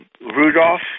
Rudolph